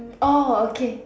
orh okay